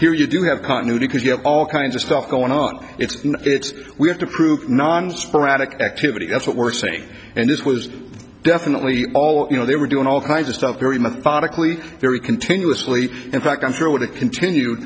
here you do have continuity because you have all kinds of stuff going on it's you know it's we have to prove non sporadic activity that's what we're saying and this was definitely all you know they were doing all kinds of stuff very methodically very continuously in fact i'm sure would have continued